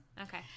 Okay